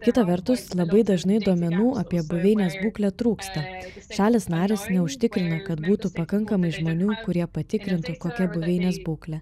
kita vertus labai dažnai duomenų apie buveinės būklę trūksta šalys narės užtikrina kad būtų pakankamai žmonių kurie patikrintų kokia buveinės būklė